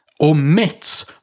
omits